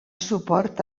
suport